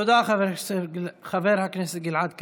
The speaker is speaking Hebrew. תודה, חבר הכנסת גלעד קריב.